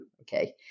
Okay